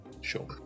sure